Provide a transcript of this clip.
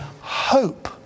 hope